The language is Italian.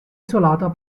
isolata